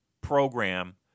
program